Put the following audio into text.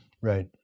Right